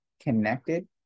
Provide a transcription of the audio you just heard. connected